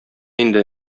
инде